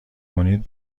کنید